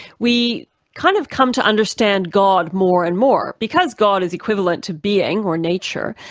we kind of come to understand god more and more. because god is equivalent to being or nature,